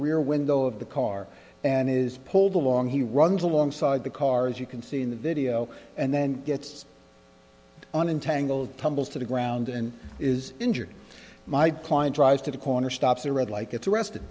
rear window of the car and is pulled along he runs alongside the car as you can see in the video and then gets on untangled tumbles to the ground and is injured my client tries to the corner stops a red like it's arrested